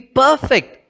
perfect